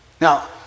Now